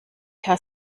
herr